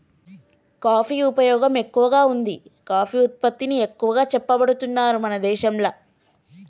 coffee ఉపయోగం ఎక్కువగా వుంది కాఫీ ఉత్పత్తిని ఎక్కువ చేపడుతున్నారు మన దేశంల